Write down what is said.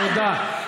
תודה, מירב.